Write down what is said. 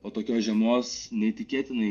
o tokios žiemos neįtikėtinai